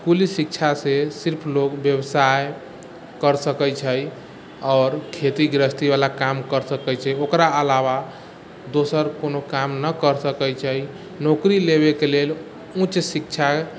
इसकुली शिक्षा से सिर्फ लोग व्यवसाय करि सकैत छै आओर खेती गृहस्थी बला काम कर सकैत छै ओकरा अलावा दोसर कओनो काम नहि करि सकैत छै नौकरी लेबेके लेल उच्च शिक्षा